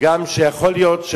שיכול להיות,